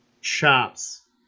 chops